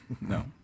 No